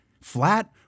flat